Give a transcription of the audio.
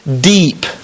deep